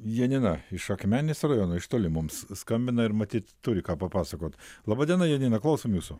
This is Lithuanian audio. janina iš akmenės rajono iš toli mums skambina ir matyt turi ką papasakot laba diena janina klausom jūsų